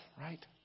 right